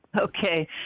Okay